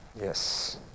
Yes